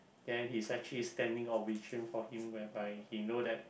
and he's actually standing or for him whereby he know that